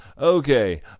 Okay